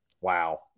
wow